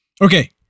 Okay